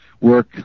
work